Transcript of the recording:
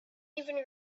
even